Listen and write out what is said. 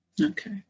Okay